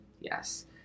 yes